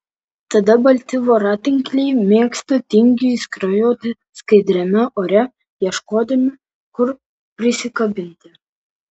tada balti voratinkliai mėgsta tingiai skrajoti skaidriame ore ieškodami kur prisikabinti